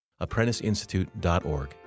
apprenticeinstitute.org